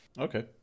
okay